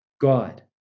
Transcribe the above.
God